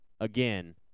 again